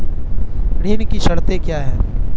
ऋण की शर्तें क्या हैं?